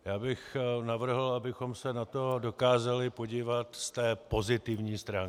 Já bych navrhl, abychom se na to dokázali podívat z té pozitivní stránky.